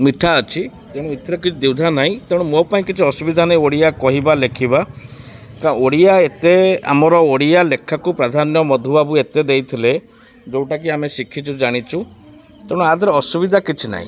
ମିଠା ଅଛି ତେଣୁ ଏଥିରେ କିଛି ଦ୍ୱିଧା ନାହିଁ ତେଣୁ ମୋ ପାଇଁ କିଛି ଅସୁବିଧା ନାହିଁ ଓଡ଼ିଆ କହିବା ଲେଖିବା କା ଓଡ଼ିଆ ଏତେ ଆମର ଓଡ଼ିଆ ଲେଖାକୁ ପ୍ରାଧାନ୍ୟ ମଧୁବାବୁ ଏତେ ଦେଇଥିଲେ ଯୋଉଟାକି ଆମେ ଶିଖିଛୁ ଜାଣିଛୁ ତେଣୁ ଆ ଦେହରେ ଅସୁବିଧା କିଛି ନାହିଁ